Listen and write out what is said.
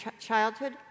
childhood